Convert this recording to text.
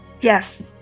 yes